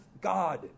God